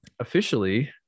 officially